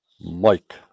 Mike